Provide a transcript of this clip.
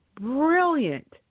brilliant